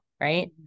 right